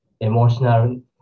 emotional